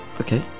Okay